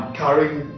carrying